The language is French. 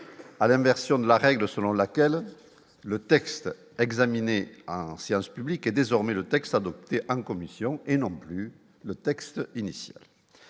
à l'inversion de la règle selon laquelle le texte examiné en séance publique, est désormais le texte adopté en commission et non plus le texte initial